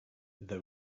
they